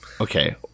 Okay